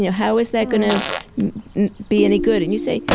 yeah how's that going to be any good? and you say,